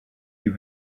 you